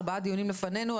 ארבעה דיונים לפנינו,